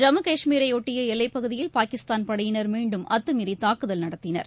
ஜம்மு கஷ்மீரையொட்டியஎல்லைப்பகுதியில் பாகிஸ்தான் படையினர் மீனர்டும் அத்தமீறிதாக்குதல் நடத்தினர்